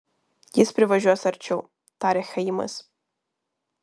jis privažiuos arčiau tarė chaimas